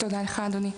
תודה לך, אדוני.